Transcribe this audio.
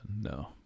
No